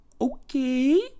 Okay